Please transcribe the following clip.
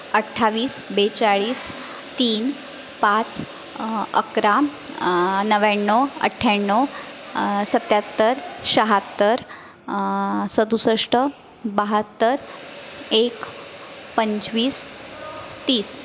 अठ्ठावीस बेचाळीस तीन पाच अकरा नव्व्याण्णव अठ्ठ्याण्णव सत्याहत्तर शहात्तर सदुसष्ट बहात्तर एक पंचवीस तीस